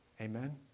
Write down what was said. Amen